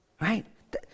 right